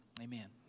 Amen